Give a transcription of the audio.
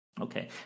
Okay